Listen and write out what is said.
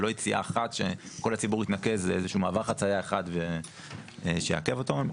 ולא יציאה אחת שכל הציבור יתנקז לאיזה שהוא מעבר חציה אחד שיעכב אותם.